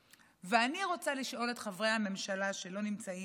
ואני רוצה לשאול את חברי הממשלה שלא נמצאים פה: